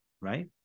right